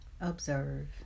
Observe